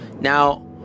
Now